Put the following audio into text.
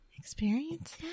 experience